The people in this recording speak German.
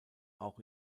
auch